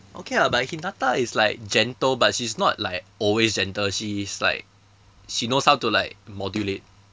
okay lah but hinata is like gentle but she is not like always gentle she is like she knows how to like modulate